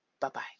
Bye-bye